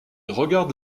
regarde